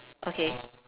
okay